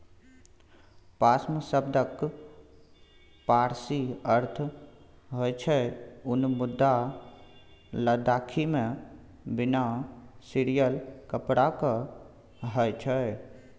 पाश्म शब्दक पारसी अर्थ होइ छै उन मुदा लद्दाखीमे बिना सियल कपड़ा केँ कहय छै